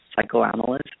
psychoanalyst